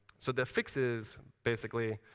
so the fix is basically,